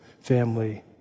family